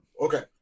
Okay